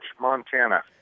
Montana